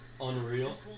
unreal